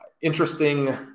interesting